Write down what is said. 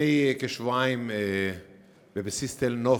לפני כשבועיים, בבסיס תל-נוף,